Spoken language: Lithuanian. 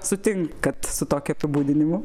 sutinkat su tokiu apibūdinimu